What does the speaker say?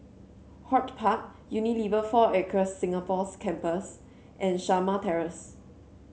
HortPark Unilever Four Acres Singapore's Campus and Shamah Terrace